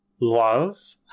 love